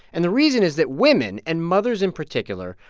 and the reason is that women, and mothers in particular,